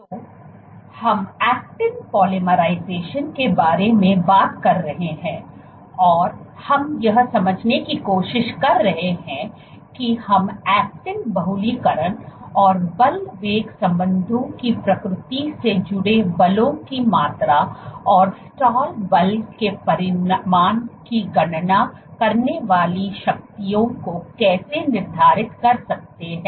तो हम actin polymerization के बारे में बात कर रहे हैं और हम यह समझने की कोशिश कर रहे हैं कि हम ऐक्टिन बहुलीकरण और बल वेग संबंधों की प्रकृति से जुड़े बलों की मात्रा और स्टाल बल के परिमाण की गणना करने वाली शक्तियों को कैसे निर्धारित कर सकते हैं